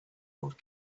old